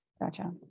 Gotcha